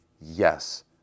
yes